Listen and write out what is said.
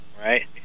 right